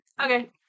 Okay